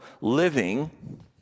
living